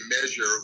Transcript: measure